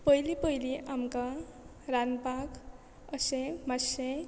पयलीं पयलीं आमकां रांदपाक अशे मातशे